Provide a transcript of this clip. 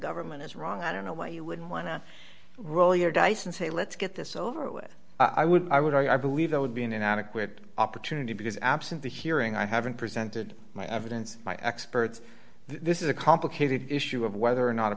government is wrong i don't know why you would want to roll your dice and say let's get this over with i would i would i believe that would be an inadequate opportunity because absent the hearing i haven't presented my evidence by experts this is a complicated issue of whether or not a